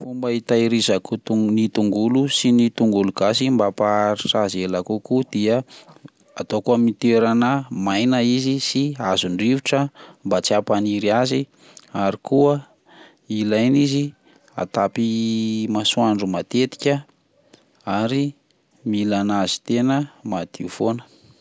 Fomba hitehirizako tongo- ny tongolo sy ny tongolo gasy mba hampaharitra azy ela kokoa dia ataoko amin'ny toerana maina izy sy azon-drivotra mba tsy hampaniry azy, ary koa ilaina izy atapy masoandro matetika ary mila an'azy tena madio foana.